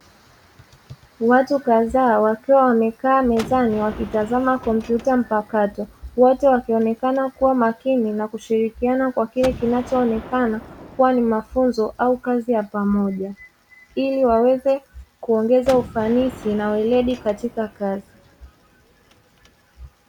Watu kadha wakiwa wamekaa mezani wakitazama kompyuta mpakato, wote wakionekana kuwa makini na kushirikiana kwa kile kinachoonekana kuwa ni mafunzo au kazi ya pamoja. Ili waweze kuongeza ufanisi na weledi katika kazi.